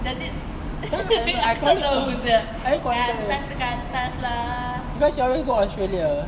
I don't know I call it I read because she alway go australia